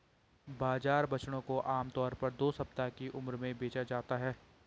बाजार बछड़ों को आम तौर पर दो सप्ताह की उम्र में बेचा जाता है